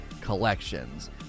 Collections